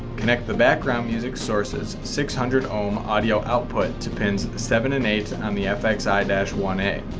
connect the background music sources six hundred ohm audio output to pins seven and eight on the fxi one a.